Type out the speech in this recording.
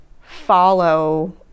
follow